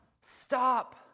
stop